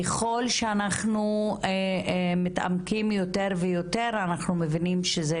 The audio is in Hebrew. ככל שאנחנו מתעמקים יותר ויותר אנחנו מבינים שזו